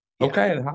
Okay